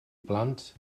blant